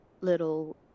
little